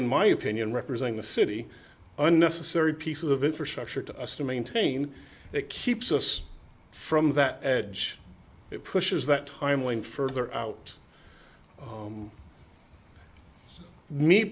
in my opinion representing the city unnecessary piece of infrastructure to us to maintain it keeps us from that edge it pushes that timeline further out